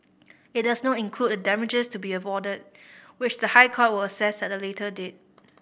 it does not include the damages to be awarded which the High Court will assess at a later date